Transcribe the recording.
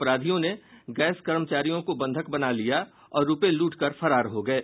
अपराधियों ने गैस कर्मचारियों को बंधक बना लिया और रूपये लूट कर फरार हो गये